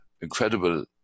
incredible